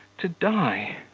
to die.